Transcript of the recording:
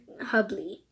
Hubley